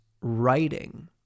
writing